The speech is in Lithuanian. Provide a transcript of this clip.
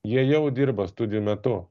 jie jau dirba studijų metu